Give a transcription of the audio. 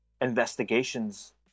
investigations